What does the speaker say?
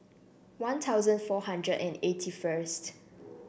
One Thousand four hundred and eighty first